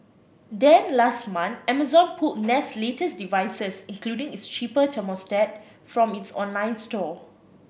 then last month Amazon pulled Nest's latest devices including its cheaper thermostat from its online store